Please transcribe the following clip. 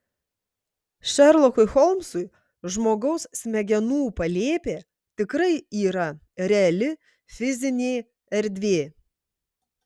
šerlokui holmsui žmogaus smegenų palėpė tikrai yra reali fizinė erdvė